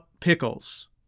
pickles